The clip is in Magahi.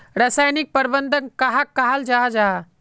रासायनिक प्रबंधन कहाक कहाल जाहा जाहा?